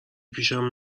پیشم